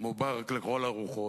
מובארק לכל הרוחות.